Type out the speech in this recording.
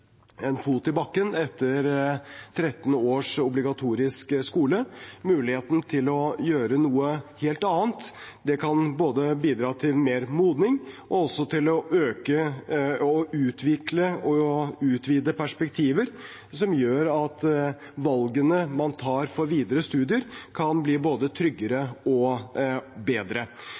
en fot i bakken etter 13 års obligatorisk skole. Muligheten til å gjøre noe helt annet kan både bidra til mer modning og også til å utvikle og utvide perspektiver, som gjør at valgene man tar for videre studier, kan bli både tryggere og bedre.